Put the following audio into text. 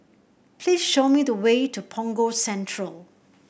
please show me the way to Punggol Central